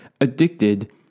Addicted